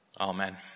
Amen